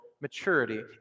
maturity